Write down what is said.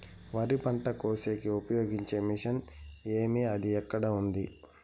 వరి పంట కోసేకి ఉపయోగించే మిషన్ ఏమి అది ఎక్కడ ఉంది?